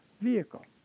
vehicle